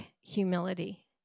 humility